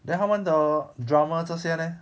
then 他们的 drama 这些 leh